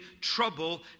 trouble